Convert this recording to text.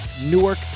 Newark